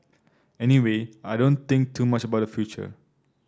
anyway I don't think too much about the future